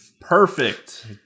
Perfect